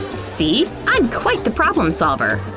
see? i'm quite the problem solver.